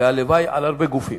והלוואי על הרבה גופים,